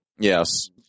Yes